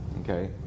Okay